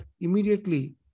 immediately